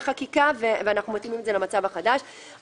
החקיקה ואנחנו מתאימים את זה למצב החדש.